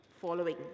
following